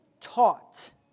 taught